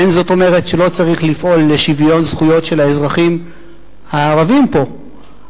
אין זאת אומרת שלא צריך לפעול לשוויון זכויות של האזרחים הערבים פה,